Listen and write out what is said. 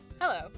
Hello